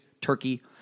Turkey